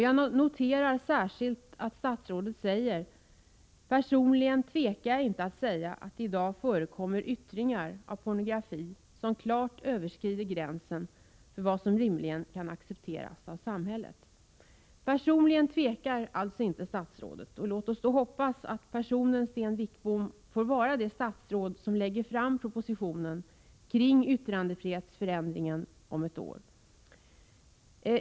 Jag noterar särskilt att statsrådet säger: ”Personligen tvekar jag inte att säga att det i dag förekommer yttringar av pornografi som klart överskrider gränsen för vad som rimligen kan accepteras av samhället.” Personligen tvekar alltså inte statsrådet. Låt oss då hoppas att personen Sten Wickbom får vara det statsråd som om ett år lägger fram propositionen om yttrandefrihetsförändringen.